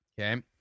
okay